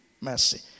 Mercy